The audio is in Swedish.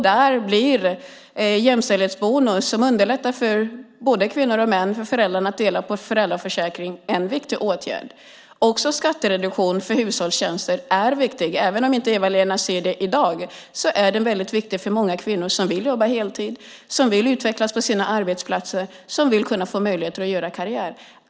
Där blir en jämställdhetsbonus som underlättar för både kvinnor och män, för föräldrarna, att dela på föräldraförsäkringen en viktig åtgärd. Också skattereduktionen för hushållstjänster är viktig. Även om Eva-Lena inte ser det i dag är den väldigt viktig för många kvinnor som vill jobba heltid, som vill utvecklas på sina arbetsplatser och som vill få möjlighet att göra karriär.